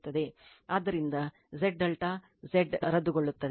ಆದ್ದರಿಂದ Z ∆ Z ರದ್ದುಗೊಳ್ಳುತ್ತದೆ